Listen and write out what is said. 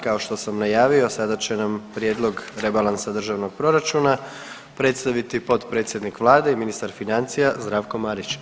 Kao što sam najavio sada će nam Prijedlog rebalansa državnog proračuna predstaviti potpredsjednik Vlade i ministar financija Zdravko Marić.